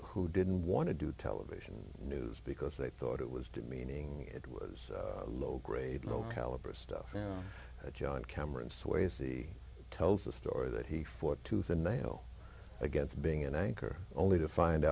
who didn't want to do television news because they thought it was demeaning it was low grade low caliber stuff and john cameron swayze tells a story that he fought tooth and nail against being an anchor only to find